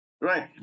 Right